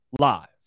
live